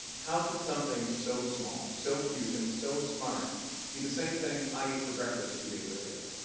how could something so small, so cute, and so smart be the same thing i ate for breakfast two days earlier.